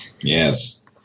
Yes